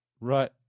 Right